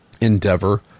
endeavor